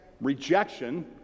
rejection